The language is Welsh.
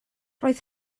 roedd